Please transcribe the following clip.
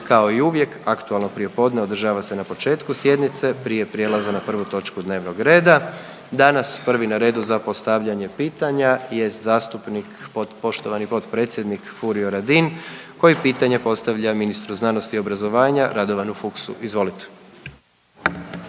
Kao i uvijek aktualno prijepodne održava se na početku sjednice prije prijelaza na prvu točku dnevnog reda. Danas prvi na redu za postavljanje pitanja je zastupnik, poštovani potpredsjednik Furio Radin koji pitanje postavlja ministru znanosti i obrazovanja Radovanu Fuchsu, izvolite.